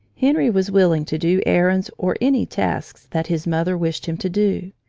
henry was willing to do errands or any tasks that his mother wished him to do.